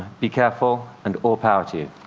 be careful, and all power to